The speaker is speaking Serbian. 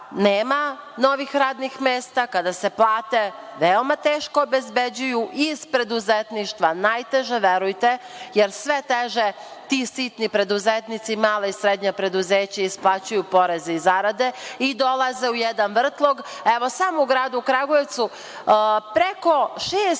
novih radnih mesta, kada se plate veoma teško obezbeđuju? Iz preduzetništva najteže, verujte, jer sve teže ti sitni preduzetnici, mala i srednja preduzeća isplaćuju poreze i zarade i dolaze u jedan vrtlog. Samo u gradu Kragujevcu preko šest